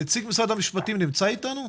נציג משרד המשפטים נמצא איתנו,